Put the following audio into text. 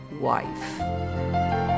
wife